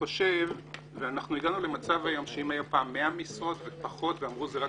הגענו למצב היום שאם היו פעם 100 משרות או פחות ואמרו שזה ייחודי,